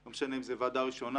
לא משנה אם זו ועדה ראשונה,